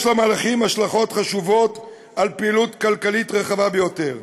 יש למהלכים השלכות חשובות על פעילות כלכלית רחבה ביותר,